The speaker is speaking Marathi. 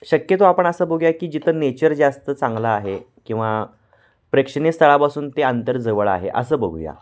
शक्यतो आपण असं बघूया की जिथं नेचर जास्त चांगलं आहे किंवा प्रेक्षणीय स्थळापासून ते अंतर जवळ आहे असं बघूया